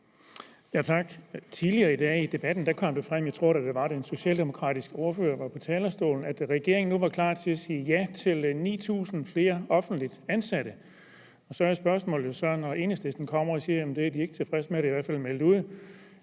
Tak. Tidligere i debatten i dag kom det frem – jeg tror, det var, da den socialdemokratiske ordfører var på talerstolen – at regeringen nu er klar til at sige ja til 9.000 flere offentligt ansatte. Når Enhedslisten så kommer og siger, at det er de ikke tilfredse med – det har de i hvert meldt ud